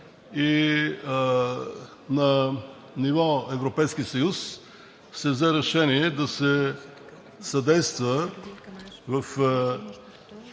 и на ниво Европейски съюз се взе решение да се съдейства в